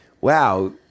wow